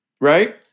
right